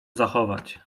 zachować